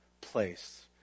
place